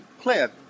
clear